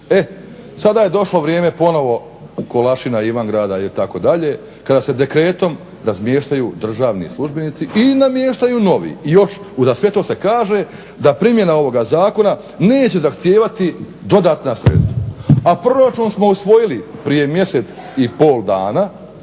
Sada je došlo vrijeme ponovno KOlašina, Ivangrada itd. kada se dekretom razmještaju državni službenici i namještaju novi. Još uza sve to se kaže da primjena ovoga zakona neće zahtijevati dodatna sredstava. A proračun smo usvojili prije mjesec i pol dana